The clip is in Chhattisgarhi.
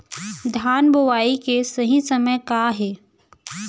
धान बोआई के सही समय का हे?